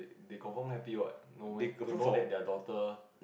they confirm happy what no meh to know that their daughter